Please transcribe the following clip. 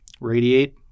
radiate